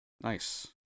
Nice